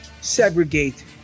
segregate